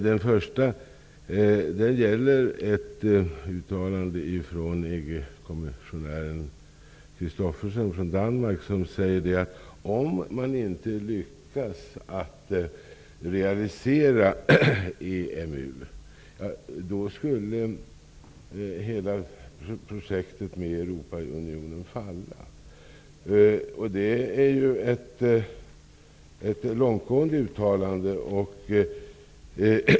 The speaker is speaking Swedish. Den första frågan gäller ett uttalande från EG kommissionären Christophersen från Danmark, som säger: Om man inte lyckas att realisera EMU, kommer hela projektet med Europaunionen att falla. Det är ett långtgående uttalande.